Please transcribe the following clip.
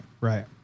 right